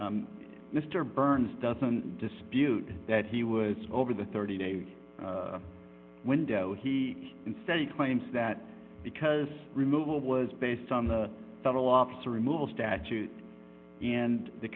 court mr burns doesn't dispute that he was over the thirty day window he instead he claims that because removal was based on the federal officer removal statute and the